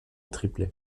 triplet